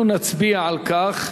אנחנו נצביע על כך.